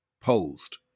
posed